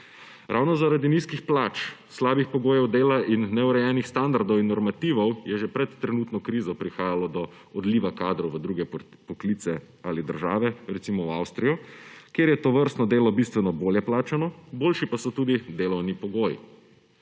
Ravno zaradi nizkih plač, slabih pogojev dela in neurejenih standardov in normativov je že pred trenutno krizo prihajalo do odliva kadrov v druge poklice ali države, recimo v Avstrijo, kjer je tovrstno delo bistveno bolje plačano, boljši pa so tudi delovni pogoji.